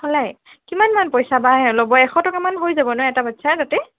চলাই কিমান মান পইচা বা ল'ব এশ টকা মান হৈ যাব ন এটা বাচ্ছাৰ তাতে